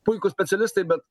puikūs specialistai bet